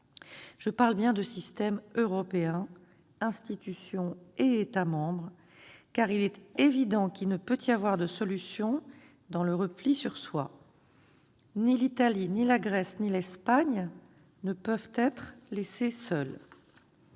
Je parle bien de système européen, c'est-à-dire des institutions et des États membres, car il est évident qu'il ne peut y avoir de solution dans le repli sur soi. Ni l'Italie, ni la Grèce, ni l'Espagne ne peuvent être laissées seules.